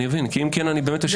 כי אם כן אני באמת אשב בשקט.